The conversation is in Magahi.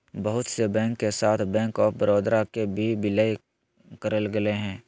बहुत से बैंक के साथ बैंक आफ बडौदा के भी विलय करेल गेलय हें